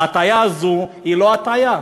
ההטעיה הזאת היא לא הטעיה,